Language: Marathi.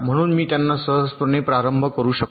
म्हणून मी त्यांना सहजपणे प्रारंभ करू शकतो